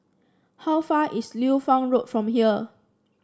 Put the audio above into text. how far is Liu Fang Road from here